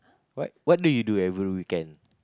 what what what do you do every weekend